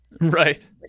Right